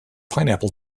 pineapple